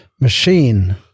machine